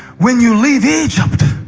when you leave egypt,